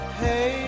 hey